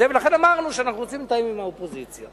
ולכן אמרנו שאנחנו רוצים לתאם עם האופוזיציה.